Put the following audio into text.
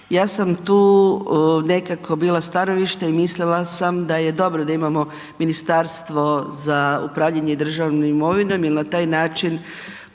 Ja sam tu nekako bila stanovišta i mislila sam da je dobro da imamo Ministarstvo za upravljanje državnom imovinom jer na taj način